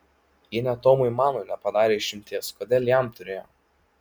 jie net tomui manui nepadarė išimties kodėl jam turėjo